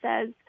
says